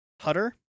Hutter